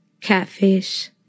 Catfish